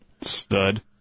Stud